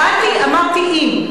אמרתי "אם".